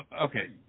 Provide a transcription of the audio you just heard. okay